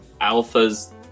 Alpha's